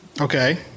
Okay